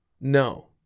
No